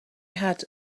had